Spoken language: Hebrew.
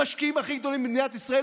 המשקיעים הכי גדולים במדינת ישראל,